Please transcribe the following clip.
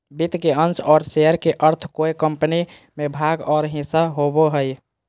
वित्त में अंश और शेयर के अर्थ कोय कम्पनी में भाग और हिस्सा होबो हइ